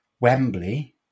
Wembley